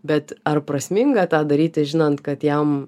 bet ar prasminga tą daryti žinant kad jam